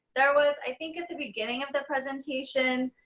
there was i think at the beginning of the presentation,